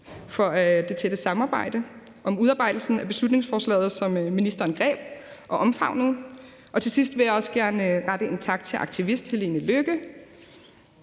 for det tætte samarbejde om udarbejdelsen af beslutningsforslaget, som ministeren greb og omfavnede, og til sidst vil jeg også gerne rette en tak til aktivist Helene Lykke,